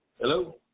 Hello